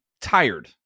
tired